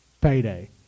payday